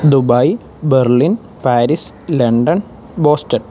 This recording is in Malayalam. Dubai Berlin Paris London Boston